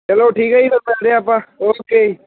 ਚਲੋ ਠੀਕ ਹੈ ਜੀ ਫਿਰ ਮਿਲਦੇ ਆ ਆਪਾਂ ਓਕੇ ਜੀ